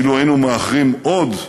אילו היינו מאחרים עוד,